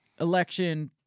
election